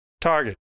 Target